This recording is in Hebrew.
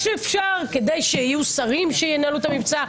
שאפשר כדי שיהיו שרים שינהלו את המבצע.